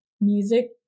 music